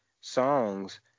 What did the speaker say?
songs